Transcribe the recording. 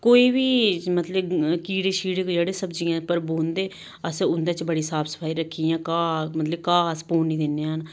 कोई बी मतलब कीड़े शीड़े कोई जेह्ड़े सब्जिया उप्पर बौंह्दे अस उं'दे च बड़ी साफ सफाई रक्खी ऐ जियां घाह् मतलब घाह् अस पौन नेईं दिन्ने आं हैन